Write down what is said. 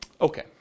Okay